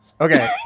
Okay